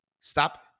Stop